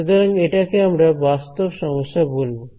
সুতরাং এটাকে আমরা বাস্তব সমস্যা বলবো